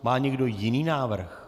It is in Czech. Má někdo jiný návrh?